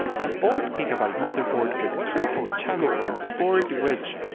an old gigabyte motherboard with triple channel ram support which,